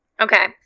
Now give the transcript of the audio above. Okay